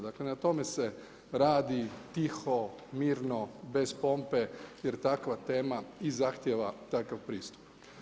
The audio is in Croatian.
Dakle na tome se radi tiho, mirno, bez pompe jer takva tema i zahtijeva takav pristup.